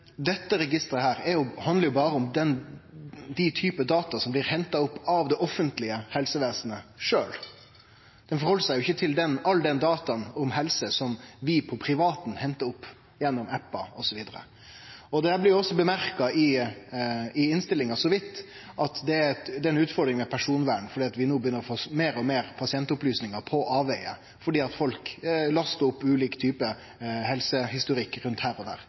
dette registeret handlar berre om dei typane data som blir henta opp av det offentlege helsevesenet sjølv. Ein tar ikkje stilling til all den dataen om helse vi på privaten hentar opp gjennom appar osv. Det blir også så vidt nemnt i innstillinga at det er ei utfordring med personvern, sidan vi no begynner å få fleire og fleire pasientopplysningar på avvegar fordi folk lastar opp ulike typar helsehistorikk her og der.